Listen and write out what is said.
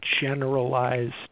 generalized